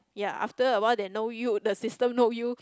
ya after awhile they know you the system know you